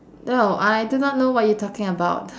no I do not know what you talking about